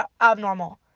abnormal